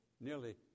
nearly